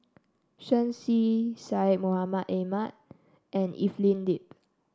Shen Xi Syed Mohamed Ahmed and Evelyn Lip